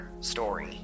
story